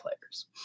players